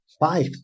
five